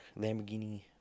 Lamborghini